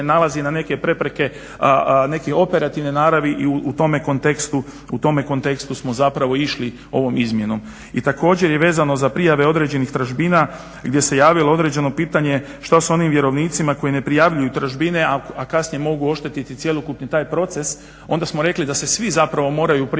nalazi na neke prepreke, nekih operativne naravi i u tome kontekstu smo zapravo išli ovom izmjenom. I također je vezano za prijave određenih tražbina gdje se javilo određeno pitanje šta s onim vjerovnicima koji ne prijavljuju tražbine a kasnije mogu oštetiti cjelokupni taj proces onda smo rekli da se svi zapravo moraju prijaviti